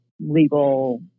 legal